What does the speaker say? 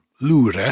Lure